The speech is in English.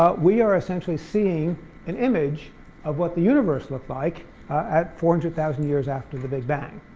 ah we are essentially seeing an image of what the universe looks like at four hundred thousand years after the big bang.